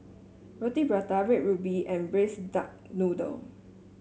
Roti Prata Red Ruby and Braised Duck Noodle